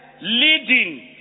leading